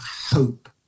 hope